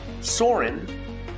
Soren